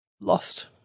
lost